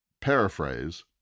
paraphrase